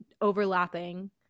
overlapping